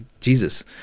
Jesus